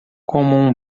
como